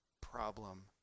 problem